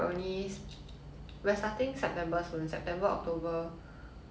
we're starting september golden september october